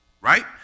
right